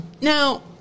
Now